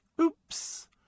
Oops